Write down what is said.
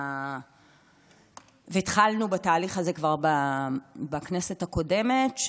והתחלנו בתהליך הזה כבר בכנסת הקודמת,